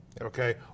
okay